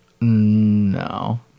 no